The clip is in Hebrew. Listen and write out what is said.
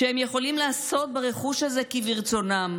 שהם יכולים לעשות ברכוש הזה כברצונם,